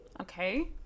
okay